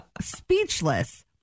speechless